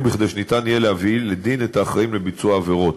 כדי שיהיה אפשר להביא לדין את האחראים לביצוע העבירות.